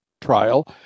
trial